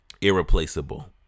Irreplaceable